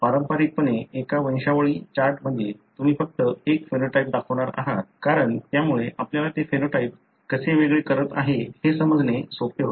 पारंपारिकपणे एका वंशावली चार्टमध्ये तुम्ही फक्त एक फेनोटाइप दाखवणार आहात कारण त्यामुळे आपल्याला ते फेनोटाइप कसे वेगळे करत आहे हे समजणे सोपे होते